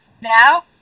Now